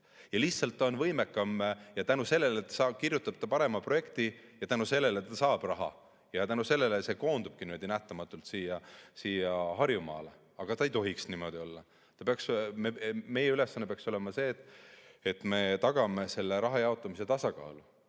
Lihtsalt on võimekam! Ja tänu sellele ta kirjutab parema projekti ja tänu sellele ta saab raha ja tänu sellele koondubki raha nähtamatult siia Harjumaale. Aga see ei tohiks niimoodi olla. Meie ülesanne peaks olema see, et me tagame selle raha jaotamise tasakaalu.